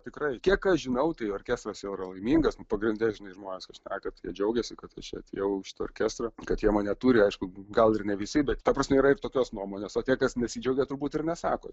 tikrai kiek aš žinau tai orkestras jo yra laimingas pagrinde žinai žmonės kai šneka tai jie džiaugiasi kad aš čia atėjau į šitą orkestrą kad jie mane turi aišku gal ir ne visi bet ta prasme yra ir tokios nuomonės o tie kas nesidžiaugia turbūt ir nesako